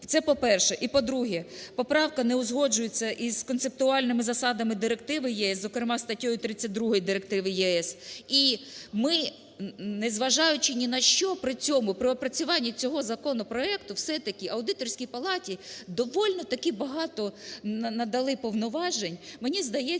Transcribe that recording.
Це, по-перше. І, по-друге, поправка не узгоджується із концептуальними засадами директив ЄС, зокрема статтею 32, директиви ЄС. І ми незважаючи ні на що при цьому, при опрацюванні цього законопроекту, все-таки аудиторській палаті довольно таки багато надали повноважень. Мені здається,